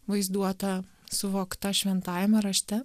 vaizduota suvokta šventajame rašte